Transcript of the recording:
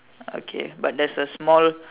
okay but there's a small